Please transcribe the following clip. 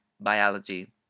biology